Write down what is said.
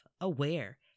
aware